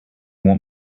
want